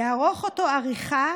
יערוך אותו עריכה